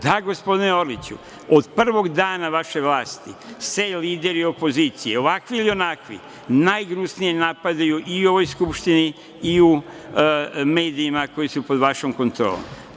Da gospodine Orliću, od prvog dana vaše vlasti se lideri opozicije, ovakvi ili onakvi, najgnusnije napadaju i u ovoj Skupštini i u medijima koji su pod vašom kontrolom.